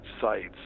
sites